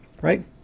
right